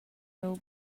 miu